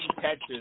catches